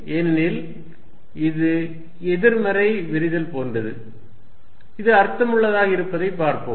ஏனெனில் இது எதிர்மறை விரிதல் போன்றது இது அர்த்தமுள்ளதாக இருப்பதை பார்ப்போம்